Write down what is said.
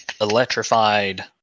electrified